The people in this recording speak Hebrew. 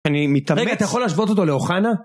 אני מתאמץ... רגע, אתה יכול להשוות אותו לאוכנה?